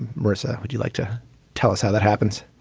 mersa. would you like to tell us how that happens?